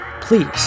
please